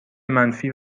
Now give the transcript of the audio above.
منفی